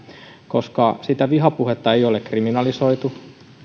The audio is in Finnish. koska sitä vihapuhetta ei ole kriminalisoitu